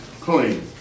clean